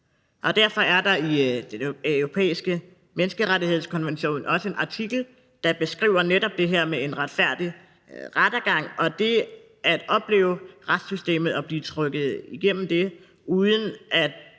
Derfor er der i Den Europæiske Menneskerettighedskonvention også en artikel, der beskriver netop det her med en retfærdig rettergang. Og oplever man at blive trukket igennem retssystemet,